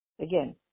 Again